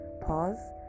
pause